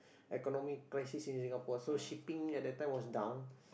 economic crisis in Singapore so shipping at that time was down